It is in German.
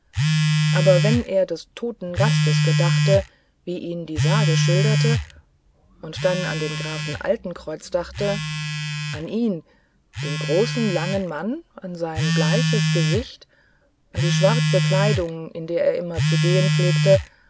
aber wenn er des toten gastes gedachte wie ihn die sage schilderte und dann an den grafen altenkreuz dachte an ihn den großen langen mann an sein bleiches gesicht an die schwarze kleidung in der er immer zu gehen pflegte